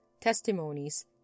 testimonies